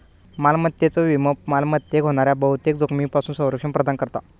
मालमत्तेचो विमो मालमत्तेक होणाऱ्या बहुतेक जोखमींपासून संरक्षण प्रदान करता